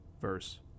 verse